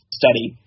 study